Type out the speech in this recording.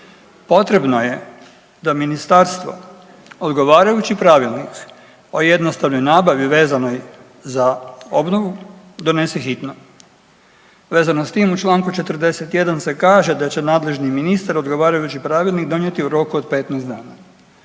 Potrebno je da ministarstvo odgovarajući Pravilnik o jednostavnoj nabavi vezanoj za obnovu donese hitno. Vezano s tim u čl. 41. se kaže da će nadležni ministar odgovarajući pravilnik donijeti u roku od 15 dana.